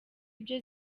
ibyo